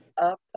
up